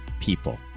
people